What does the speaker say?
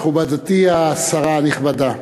מכובדתי השרה הנכבדה,